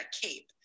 cape